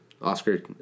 Oscar